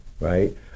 right